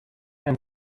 and